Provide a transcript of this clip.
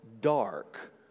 dark